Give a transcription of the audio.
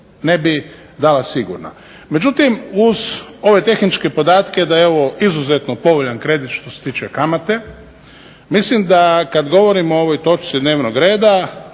Ne bi dala sigurno. Međutim, uz ove tehničke podatke da je ovo izuzetno povoljan kredit što se tiče kamate, mislim da kad govorimo o ovoj točci dnevnog reda,